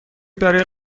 برای